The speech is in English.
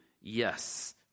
Yes